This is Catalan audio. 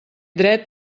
dret